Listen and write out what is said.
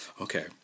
Okay